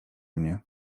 mnie